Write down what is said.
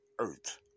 earth